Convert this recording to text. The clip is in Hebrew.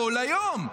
כל היום.